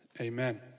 amen